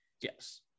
yes